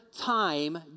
time